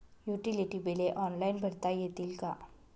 Utility बिले online भरता येतील का?